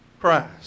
Christ